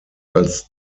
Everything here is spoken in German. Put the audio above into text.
als